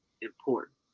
important